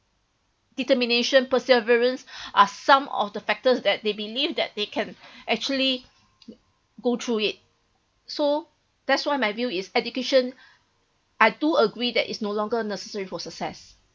determination perseverance are some of the factors that they believe that they can actually go through it so that's why my view is education I do agree that is no longer necessary for success